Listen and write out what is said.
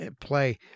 play